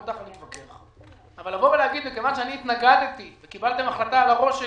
אבל לא ייתכן לבוא ולהגיד: מכיוון שהתנגדתי וקיבלתם החלטה על הראש שלי,